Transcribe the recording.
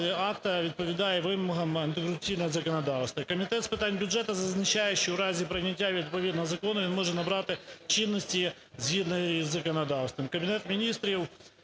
акта відповідає вимогам антикорупційного законодавства. Комітет з питань бюджету зазначає, що в разі прийняття відповідного закону він може набрати чинності згідно із законодавством.